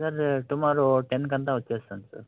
sir tomorrow టెన్కి అంత వచ్చేస్తాను సార్